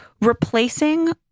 replacing